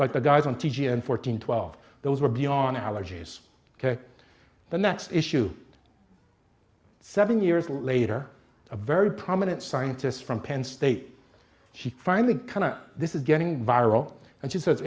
like the guys on t v and fourteen twelve those were beyond allergies the next issue seven years later a very prominent scientist from penn state she finally kind of this is getting viral and she says